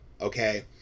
okay